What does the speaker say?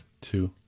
two